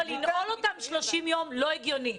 אבל לנעול אותם 30 יום זה לא הגיוני.